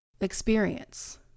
experience